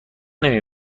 نمی